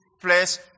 place